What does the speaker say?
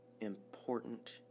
important